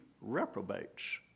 reprobates